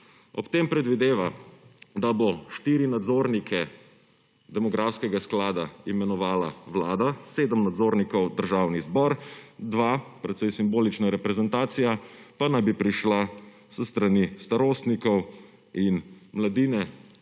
Ob tem predvideva, da bo 4 nadzornike demografskega sklada imenovala Vlada, 7 nadzornikov Državni zbor, 2 precej simbolična reprezentacija pa naj bi prišla s strani starostnikov in mladine,